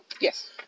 Yes